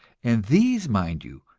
and these, mind you,